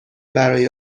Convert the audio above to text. برای